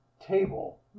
Table